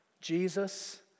Jesus